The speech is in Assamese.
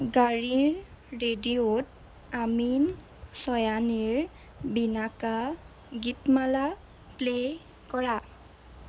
গাড়ীৰ ৰেডিঅ'ত আমিন চয়ানিৰ বিনাকা গীতমালা প্লে' কৰা